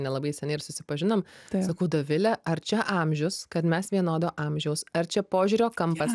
nelabai seniai ir susipažinom tai sakau dovile ar čia amžius kad mes vienodo amžiaus ar čia požiūrio kampas